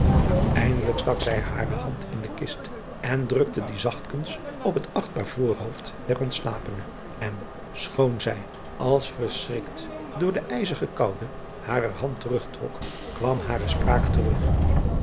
eindelijk stak zij hare hand in de kist en drukte die zachtkens op het achtbaar voorhoofd der ontslapene en schoon zij als verschrikt door de ijzige koude hare hand terugtrok kwam hare spraak terug